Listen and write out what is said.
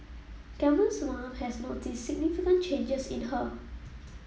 Camille's mom has noticed significant changes in her